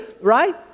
right